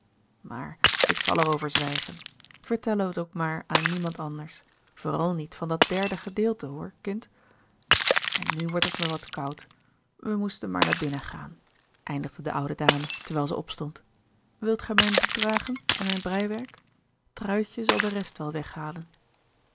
maar ik zal er over zwijgen vertel het ook maar aan niemand anders vooral niet van dat derde gedeelte hoor kind en nu wordt het me wat koud we moesten maar naar binnen gaan eindigde de oude dame terwijl zij opstond wilt gij mijn boek dragen en mijn breiwerk truitje zal de rest wel weghalen